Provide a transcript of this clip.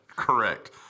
Correct